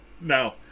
No